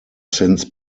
since